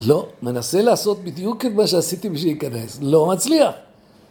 ‫לא, ננסה לעשות בדיוק את מה ‫שעשיתי בשביל להיכנס, לא מצליח.